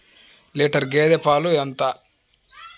Litre గేదె పాలు ఎంత?